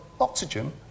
oxygen